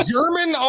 German